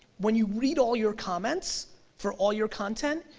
when you read all your comments for all your content,